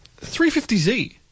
350Z